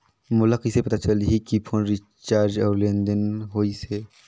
मोला कइसे पता चलही की फोन रिचार्ज और लेनदेन होइस हे?